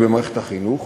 במערכת החינוך,